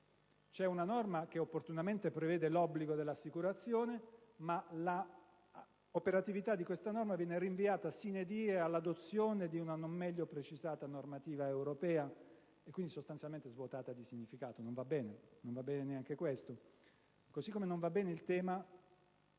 C'è una norma che opportunamente prevede l'obbligo dell'assicurazione, ma la sua operatività viene rinviata *sine die* all'adozione di una non meglio precisata normativa europea, quindi sostanzialmente viene svuotata di significato. Non va bene neanche questo. Così come non va bene il tema,